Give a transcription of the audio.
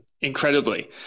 incredibly